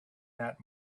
that